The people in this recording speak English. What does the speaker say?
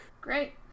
Great